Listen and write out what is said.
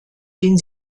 den